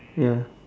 ya